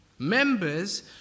Members